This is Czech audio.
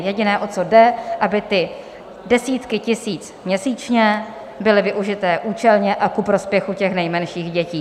Jediné, o co jde, aby ty desítky tisíc měsíčně byly využité účelně a ku prospěchu nejmenších dětí.